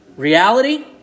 Reality